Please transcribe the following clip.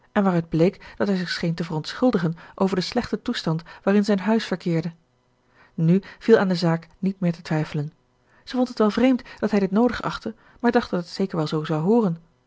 en waaruit bleek dat hij zich scheen te verontschuldigen over den slechten toestand waarin zijn huis verkeerde nu viel aan de zaak niet meer te twijfelen zij vond het wel vreemd dat hij dit noodig achtte maar dacht dat het zeker wel zoo zou hooren